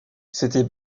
c’était